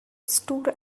stood